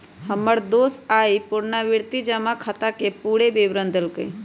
हमर दोस आइ पुरनावृति जमा खताके पूरे विवरण देलक